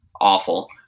awful